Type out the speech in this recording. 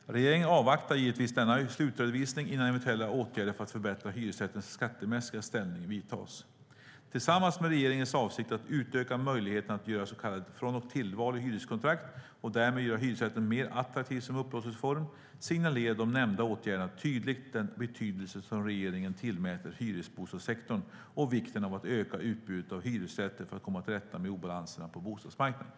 Regeringen avvaktar givetvis denna slutredovisning innan eventuella åtgärder för att förbättra hyresrättens skattemässiga ställning vidtas. Tillsammans med regeringens avsikt att utöka möjligheten att göra så kallade från och tillval i hyreskontrakt och därmed göra hyresrätten mer attraktiv som upplåtelseform signalerar de nämnda åtgärderna tydligt den betydelse som regeringen tillmäter hyresbostadssektorn och vikten av att öka utbudet av hyresrätter för att komma till rätta med obalanserna på bostadsmarknaden.